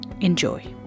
Enjoy